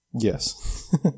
Yes